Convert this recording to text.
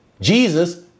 Jesus